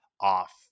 off